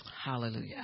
Hallelujah